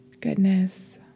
goodness